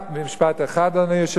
משפט אחד, אדוני היושב-ראש.